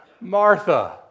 Martha